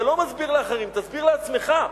אתה לא מסביר לאחרים, תסביר לעצמך.